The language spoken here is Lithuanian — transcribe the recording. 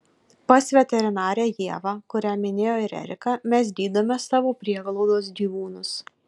pas veterinarę ievą kurią minėjo ir erika mes gydome savo prieglaudos gyvūnus